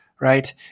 right